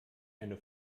eine